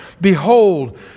Behold